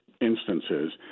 Instances